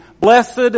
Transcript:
blessed